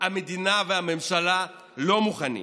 המדינה והממשלה לא מוכנות.